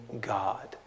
God